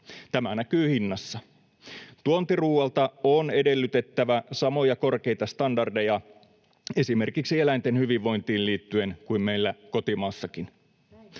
Tämä näkyy hinnassa. Tuontiruualta on edellytettävä samoja korkeita standardeja esimerkiksi eläinten hyvinvointiin liittyen kuin meillä kotimaassakin.